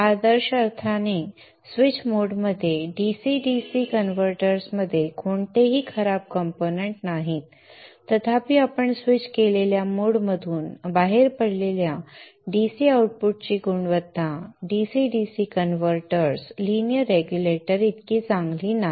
ideal अर्थाने switch मोडमध्ये DC DC कन्व्हर्टर्समध्ये कोणतेही खराब कंपोनेंट्स नाहीत तथापि आपण स्विच केलेल्या मोडमधून बाहेर पडलेल्या DC आउटपुटची गुणवत्ता DC DC converters linear regulator इतकी चांगली नाही